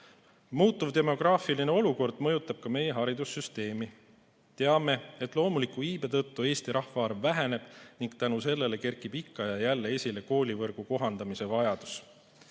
Muutuv demograafiline olukord mõjutab ka meie haridussüsteemi. Teame, et loomuliku iibe tõttu Eesti rahvaarv väheneb ning tänu sellele kerkib ikka ja jälle esile koolivõrgu kohandamise vajadus.